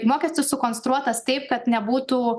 mokestis sukonstruotas taip kad nebūtų